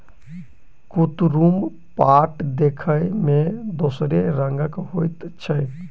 कुतरुम पाट देखय मे दोसरे रंगक होइत छै